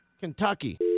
Kentucky